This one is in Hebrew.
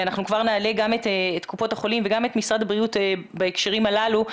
נעלה את קופות החולים ואת משרד הבריאות בהקשרים הללו,